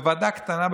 בוועדה קטנה,